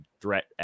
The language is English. threat